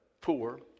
poor